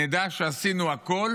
נדע שעשינו הכול